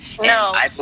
No